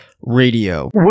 Radio